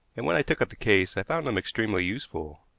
and when i took up the case i found him extremely useful.